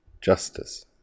justice